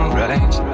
right